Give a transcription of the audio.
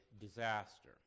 disaster